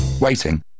Waiting